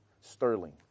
sterling